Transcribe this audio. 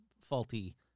faulty